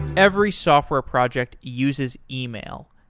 every software project uses email.